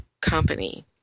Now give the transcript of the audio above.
company